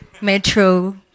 Metro